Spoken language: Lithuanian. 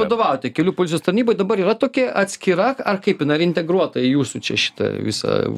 vadovavote kelių policijos tarnybai dabar yra tokia atskira ar kaip jin ar integruota į jūsų čia šitą visą